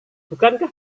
bukankah